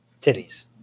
Titties